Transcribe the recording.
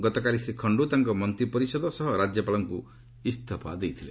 ଗତକାଲି ଶ୍ରୀ ଖଣ୍ଡୁ ତାଙ୍କ ମନ୍ତ୍ରୀ ପରିଷଦ ସହ ରାକ୍ୟପାଳଙ୍କୁ ଇସ୍ତଫା ଦେଇଥିଲେ